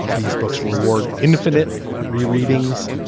these books reward infinite re readings.